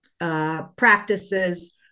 practices